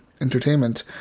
Entertainment